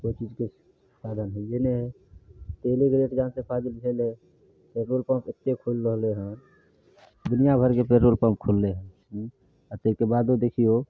कोइ चीजके फायदा होइए नहि हइ तेलोके रेट जानसे फाजिल भेलै पेट्रोल पम्प एतेक खुलि रहलै हन दुनियाभरिके पेट्रोल पम्प खुललै हँ उँ आओर ताहिके बादो देखिऔ